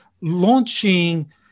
launching